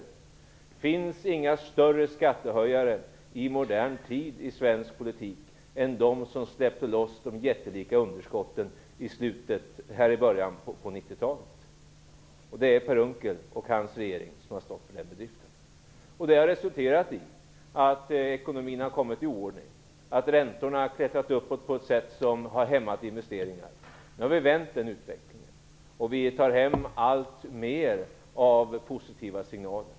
Det finns inga större skattehöjare i modern tid i svensk politik än de som släppte loss de jättelika underskotten i början på 90-talet. Det är Per Unckel och den regering han tillhörde som har stått för den bedriften. Det har resulterat i att ekonomin har kommit i oordning och att räntorna har klättrat uppåt på ett sätt som har hämmat investeringarna. Nu har vi vänt den utvecklingen, och vi får allt fler positiva signaler.